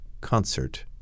concert